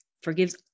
forgives